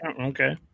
okay